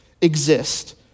exist